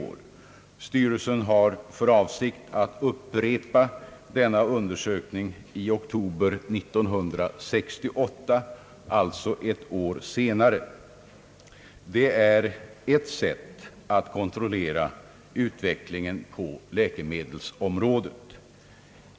Medicinalstyrelsen har för avsikt att upprepa denna undersökning i oktober 1968, alltså ett år senare. Det är ett sätt att kontrollera utvecklingen på läkemedelsområdet.